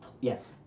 Yes